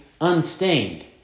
unstained